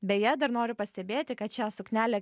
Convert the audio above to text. beje dar noriu pastebėti kad šią suknelę